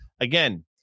again-